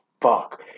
fuck